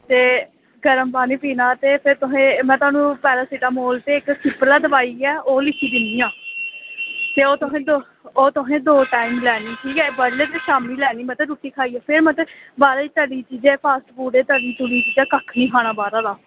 ते गरम पानी पीना ते फिर तुसें में तुआनू पैरासिटामोल ते इक्क सिपला दोआई ऐ ओह् लिखी दिन्नी आं ते ओह् तुसें दौ टैम लैनी ठीक ऐ बडलै ते शामीं लैनी रुट्टी खाइयै ते फिर मतलब बाहरै दी फॉस्टफूड बाहर दी तली दियें चीज़ें दा कक्ख बी निं खाना